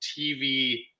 TV